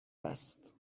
است